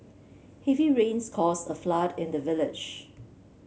heavy rains caused a flood in the village